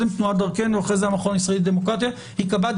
רוצה קבוצת